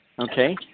okay